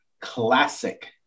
classic